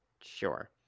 sure